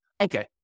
Okay